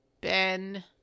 Ben